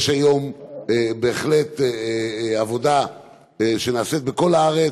יש היום בהחלט עבודה שנעשית בכל הארץ.